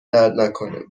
دردنکنه